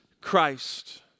Christ